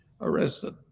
arrested